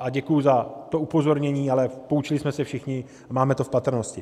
a děkuji za to upozornění, ale poučili jsme se všichni a máme to v patrnosti.